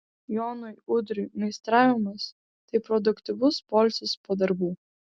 jonui udriui meistravimas tai produktyvus poilsis po darbų